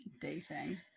Dating